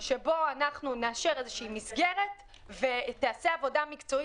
שבו אנחנו נאשר איזו מסגרת ותיעשה עבודה מקצועית,